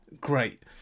great